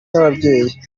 y’ababyeyi